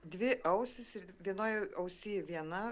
dvi ausys ir vienoj ausy viena